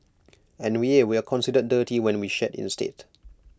and yeah we're considered dirty when we shed instead